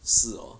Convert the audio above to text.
是 orh